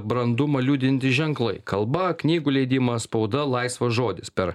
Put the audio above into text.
brandumą liudijantys ženklai kalba knygų leidimas spauda laisvas žodis per